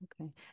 Okay